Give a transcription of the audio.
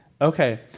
Okay